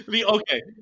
okay